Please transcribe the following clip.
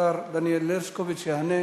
השר דניאל הרשקוביץ יענה